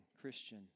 Christian